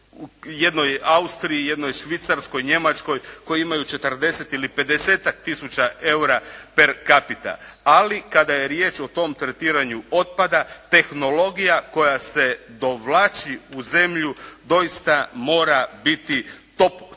jednoj Austriji, Švicarskoj, Njemačkoj koje imaju 40 ili 50-tak tisuća eura per capita, ali kada je riječ o tom tretiranju otpada tehnologija koja se dovlači u zemlju doista mora biti top